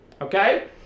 okay